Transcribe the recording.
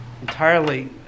entirely